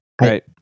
Right